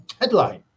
headline